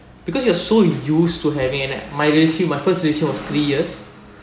because you are so used to having and my relationship my first relationship was three years